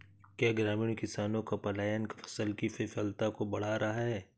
क्या ग्रामीण किसानों का पलायन फसल की विफलता को बढ़ा रहा है?